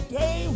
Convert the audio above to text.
day